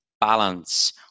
balance